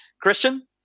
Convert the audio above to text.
Christian